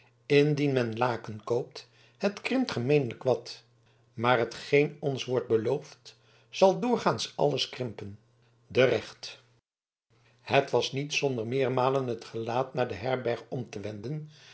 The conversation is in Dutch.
indien men laken koopt het krimpt gemeenlijk wat maar t geen ons wordt beloofd zal doorgaans alles krimpen de regt het was niet zonder meermalen het gelaat naar de herberg om te wenden